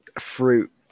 fruit